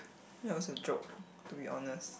that was a joke to be honest